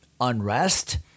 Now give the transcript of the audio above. unrest